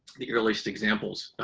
the earliest examples,